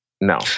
no